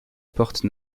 porte